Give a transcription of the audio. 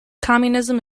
communism